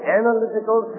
analytical